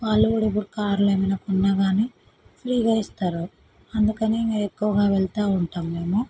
వాళ్ళు కూడా ఇప్పుడు కార్లు ఏమైనా కొన్నా కానీ ఫ్రీగా ఇస్తారు అందుకని మే ఎక్కువగా వెళుతూ ఉంటాము మేము